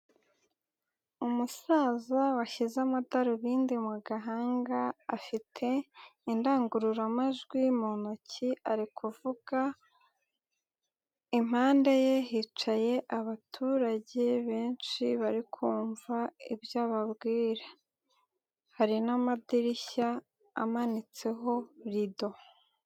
Umusaza washyize amadarubindi mu gahanga, afite indangururamajwi mu ntoki ari kuvuga, impande ye hicaye abaturage benshi bari kumva ibyo ababwira. Hari n'amadirishya amanitseho rido.